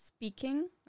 Speaking